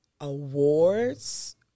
awards